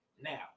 now